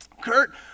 Kurt